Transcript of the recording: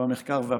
במחקר והפיתוח.